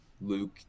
Luke